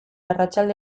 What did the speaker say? arratsalde